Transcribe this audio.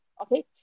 Okay